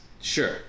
sure